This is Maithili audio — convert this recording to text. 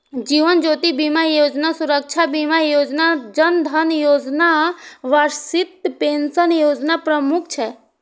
जीवन ज्योति बीमा योजना, सुरक्षा बीमा योजना, जन धन योजना, वरिष्ठ पेंशन योजना प्रमुख छै